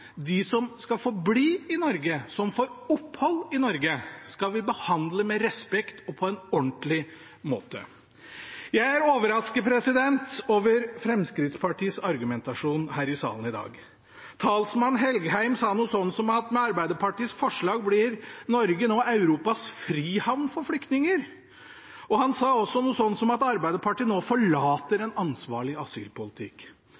De som skal forbli i Norge, som får opphold i Norge, skal vi behandle med respekt og på en ordentlig måte. Jeg er overrasket over Fremskrittspartiets argumentasjon her i salen i dag. Talsmann Engen-Helgheim sa noe sånt som at med Arbeiderpartiets forslag blir Norge nå Europas frihavn for flyktninger. Han sa også noe sånt som at Arbeiderpartiet nå forlater